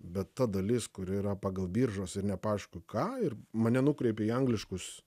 bet ta dalis kuri yra pagal biržos ir nepaišku ką ir mane nukreipia į angliškus